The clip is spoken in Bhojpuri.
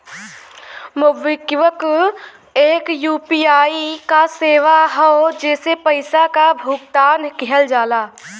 मोबिक्विक एक यू.पी.आई क सेवा हौ जेसे पइसा क भुगतान किहल जाला